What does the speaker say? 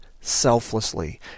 selflessly